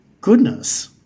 Goodness